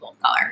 color